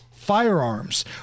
Firearms